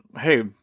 hey